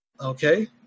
okay